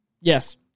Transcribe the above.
Yes